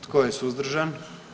Tko je suzdržan?